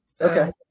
Okay